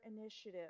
initiative